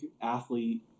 athlete